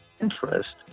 interest